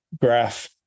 graph